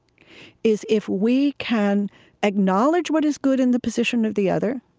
is if we can acknowledge what is good in the position of the other,